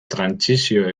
trantsizio